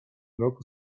roku